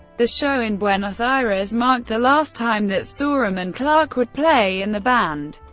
the show in buenos aires marked the last time that sorum and clarke would play in the band,